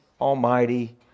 Almighty